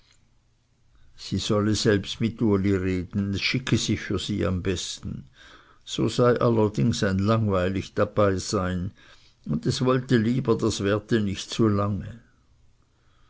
sie solle selbst mit uli reden es schicke sich für sie am besten so sei allerdings ein langweilig dabeisein und es wollte lieber das währte nicht zu lange